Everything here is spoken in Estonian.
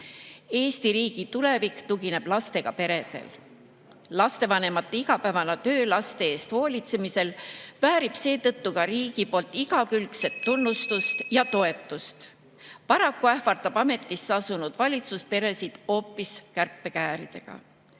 Eesti riigi tulevik tugineb lastega peredele. Lastevanemate igapäevane töö laste eest hoolitsemisel väärib seetõttu ka riigi igakülgset tunnustust ja toetust. Paraku ähvardab ametisse asunud valitsus peresid hoopis kärpekääridega.